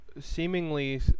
seemingly